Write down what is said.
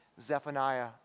Zephaniah